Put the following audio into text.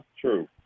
true